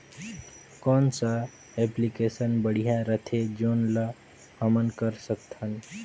कौन सा एप्लिकेशन बढ़िया रथे जोन ल हमन कर सकथन?